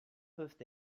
peuvent